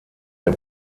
der